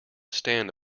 stand